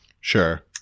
Sure